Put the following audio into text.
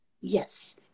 Yes